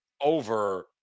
over